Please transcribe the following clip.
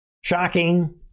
Shocking